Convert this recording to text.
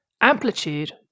Amplitude